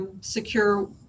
secure